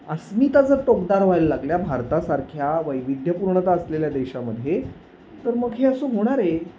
अस्मिता जर तोकदार व्हायला लागल्या भारतासारख्या वैविध्यपूर्णता असलेल्या देशामध्ये तर मग हे असं होणार आहे